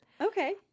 Okay